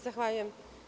Zahvaljujem.